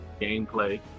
gameplay